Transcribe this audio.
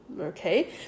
Okay